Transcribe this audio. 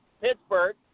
Pittsburgh